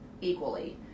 equally